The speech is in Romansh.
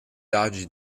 hagi